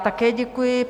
Také děkuji.